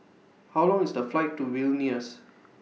How Long IS The Flight to Vilnius